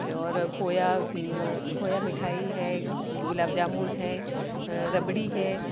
और खोया खोया मिठाई है गुलाब जामुन है रबड़ी है